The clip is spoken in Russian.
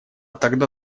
тогда